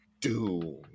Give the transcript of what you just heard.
doom